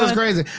ah crazy.